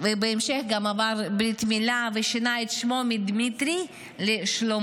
גם עבר ברית מילה ושינה את שמו מדמיטרי לשלמה,